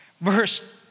Verse